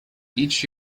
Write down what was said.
each